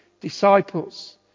disciples